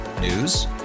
News